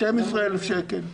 12,000 שקלים.